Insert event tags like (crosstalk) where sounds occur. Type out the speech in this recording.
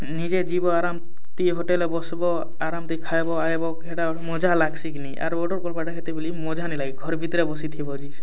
ନିଜେ ଯିବ ଆରାମ ତି ହୋଟେଲ୍ରେ ବସିବ ଆରାମ ତି ଖାଇବ ଆଇବ ସେଇଟା ଗୋଟେ ମଜା ଲାଗ୍ସି କିନି ଆରୁ ଗୋଟେ (unintelligible) ମଜା ନାଇ ଲାଗି ଘର୍ ଭିତରେ ବସି ଥିବ ଯେ ସେଇଟା